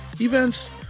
events